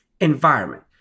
environment